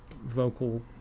vocal